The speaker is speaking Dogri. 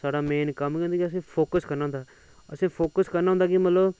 साढ़ा मेन कम्म ऐ असैं गी फोकस करना होंदा असें गी फोकस करना होंदा मतलव